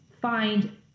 find